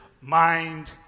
mind